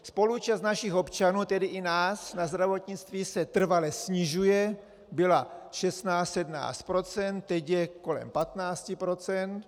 Spoluúčast našich občanů, tedy i nás, na zdravotnictví se trvale snižuje, byla 1617 procent, teď je kolem 15 procent.